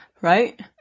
right